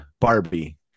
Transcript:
Barbie